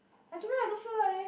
I don't know I don't feel like eh